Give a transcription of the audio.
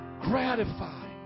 gratify